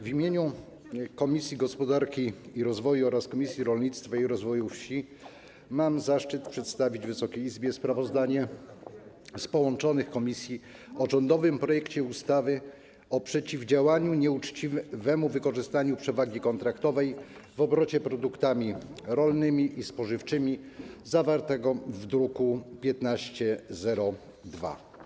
W imieniu Komisji Gospodarki i Rozwoju oraz Komisji Rolnictwa i Rozwoju Wsi mam zaszczyt przedstawić Wysokiej Izbie sprawozdanie połączonych komisji o rządowym projekcie ustawy o przeciwdziałaniu nieuczciwemu wykorzystaniu przewagi kontraktowej w obrocie produktami rolnymi i spożywczymi zawartym w druku nr 1502.